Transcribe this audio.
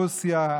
רוסיה,